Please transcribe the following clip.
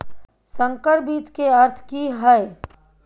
संकर बीज के अर्थ की हैय?